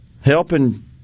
helping